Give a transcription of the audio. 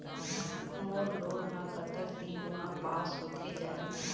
मोर loan हा कतक दिन मा पास होथे जाही?